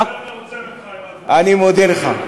זוהיר מרוצה ממך עם, אני מודה לך.